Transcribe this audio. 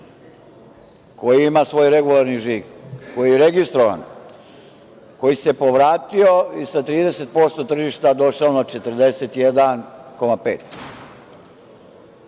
koji ima svoj regularni žig, koji je registrovan, koji se povratio i sa 30% tržišta došao na 41,5%.